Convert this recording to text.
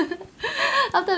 after